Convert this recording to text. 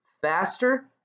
faster